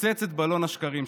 נפוצץ את בלון השקרים שלכם.